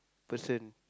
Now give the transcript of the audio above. person